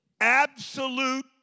Absolute